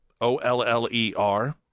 O-L-L-E-R